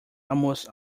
almost